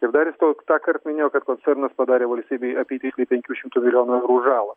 taip dar jis to tąkart minėjo kad koncernas padarė valstybei apytiksliai penkių šimtų milijonų eurų žalą